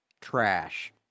trash